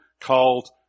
called